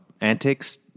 antics